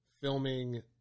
filming